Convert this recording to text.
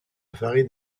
farine